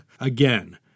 again